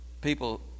people